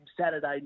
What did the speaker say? Saturday